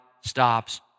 stops